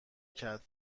کرد